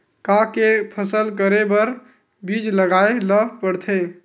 का के फसल करे बर बीज लगाए ला पड़थे?